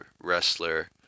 wrestler